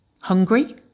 Hungry